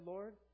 Lord